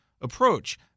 approach